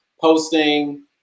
posting